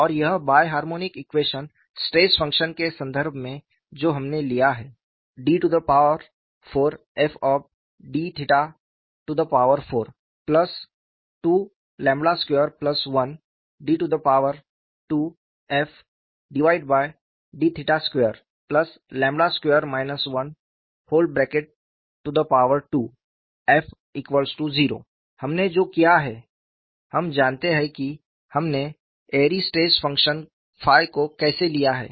और यह biharmonic equation stress function के संदर्भ में जो हमने लिया है d4fd4221d2fd22 12f0 हमने जो किया है हम जानते हैं कि हमने एयरी स्ट्रेस फंक्शन को कैसे लिया है